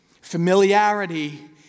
familiarity